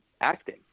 acting